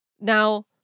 Now